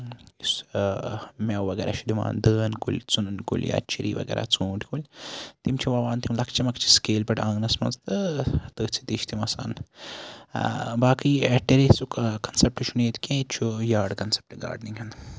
یُس میوٕ وغیرہ چھُ دِوان دٲن کُلۍ ژٕنَن کُلۍ یا چیری وغیرہ ژوٗنٹھۍ تِم چھِ وَوان تِم لۄکچہِ لۄکچہِ سِکیٚلہِ پیٚٹھ آنگنَس منٛز تہٕ تٔتھۍ سۭتی چھِ تِم آسان باقٕے ٹیریسُک کَنسیپٹ چھُنہٕ ییٚتہِ کیٚنٛہہ ییٚتہِ چھُ یاڈ کَنسیپٹ